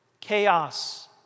chaos